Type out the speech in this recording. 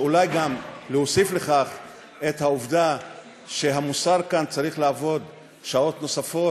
ואולי גם להוסיף לכך את העובדה שהמוסר כאן צריך לעבוד שעות נוספות,